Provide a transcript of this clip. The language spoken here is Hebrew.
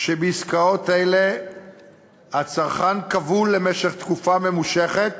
שבעסקאות אלה הצרכן כבול למשך תקופה ממושכת